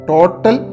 Total